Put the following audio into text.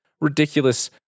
ridiculous